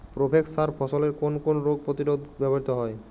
Provex সার ফসলের কোন কোন রোগ প্রতিরোধে ব্যবহৃত হয়?